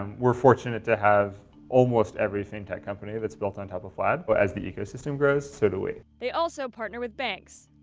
we're fortunate to have almost everything tech company that's built on top of that. but as the ecosystem grows, so do we. they also partner with banks.